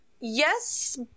yes